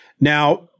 Now